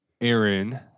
Aaron